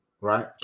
right